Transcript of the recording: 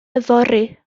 yfory